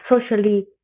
socially